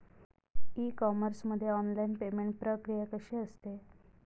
E commerce मध्ये online payment प्रक्रिया कशी असते?